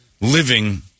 living